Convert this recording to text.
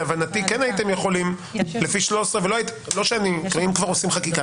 לפי הבנתי כן הייתם יכולים לפי 13 ולא שאני --- אם כבר עושים חקיקה,